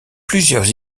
plusieurs